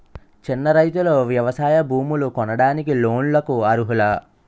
చిన్న రైతులు వ్యవసాయ భూములు కొనడానికి లోన్ లకు అర్హులా?